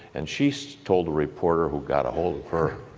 and she so told a reporter who got ahold of her